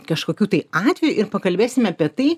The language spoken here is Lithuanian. kažkokių tai atvejų ir pakalbėsime apie tai